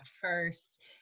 first